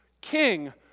King